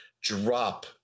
drop